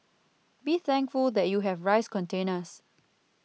be thankful that you have rice containers